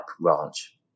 Ranch